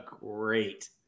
great